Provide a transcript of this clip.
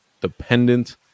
dependent